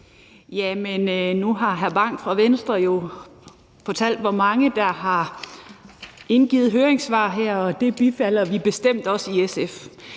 Bang Henriksen fra Venstre jo fortalt, hvor mange der har indgivet høringssvar her, og det bifalder vi bestemt også i SF.